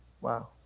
Wow